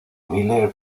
miller